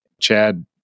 Chad